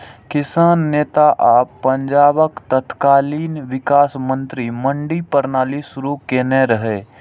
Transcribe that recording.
किसान नेता आ पंजाबक तत्कालीन विकास मंत्री मंडी प्रणाली शुरू केने रहै